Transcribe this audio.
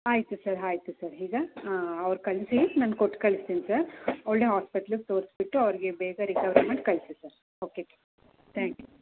ಆಯಿತು ಸರ್ ಆಯಿತು ಸರ್ ಈಗ ಅವ್ರು ಕಳಿಸಿ ನಾನು ಕೊಟ್ಟು ಕಳ್ಸ್ತೀನಿ ಸರ್ ಒಳ್ಳೆ ಹಾಸ್ಪಿಟಲಿಗೆ ತೋರಿಸ್ಬಿಟ್ಟು ಅವರಿಗೆ ಬೇಗ ರಿಕವರಿ ಮಾಡಿ ಕಳಿಸಿ ಸರ್ ಓಕೆ ತ್ಯಾಂಕ್ ಯು